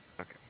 Okay